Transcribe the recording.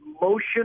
motion